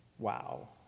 Wow